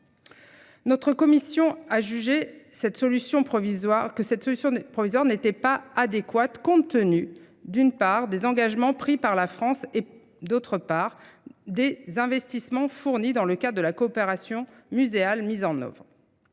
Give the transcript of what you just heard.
Notre Commission a jugé que cette solution provisoire n'était pas adéquate compte tenu d'une part des engagements pris par la France et d'autre part des investissements fournis dans le cadre de la coopération muséale mise en oeuvre.